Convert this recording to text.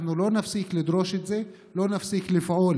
אנחנו לא נפסיק לדרוש את זה ולא נפסיק לפעול